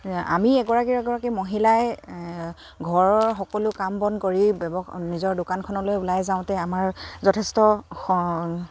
আমি এগৰাকীৰ এগৰাকী মহিলাই ঘৰৰ সকলো কাম বন কৰি ব্যৱ নিজৰ দোকানখনলৈ ওলাই যাওঁতে আমাৰ যথেষ্ট